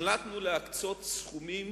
החלטנו להקצות סכומים